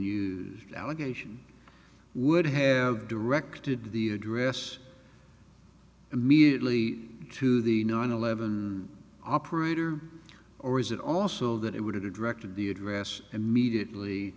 new allegation would have directed the address immediately to the nine eleven operator or is it also that it would have to directly be addressed immediately